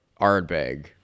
Ardbeg